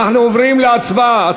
אנחנו עוברים להצבעה.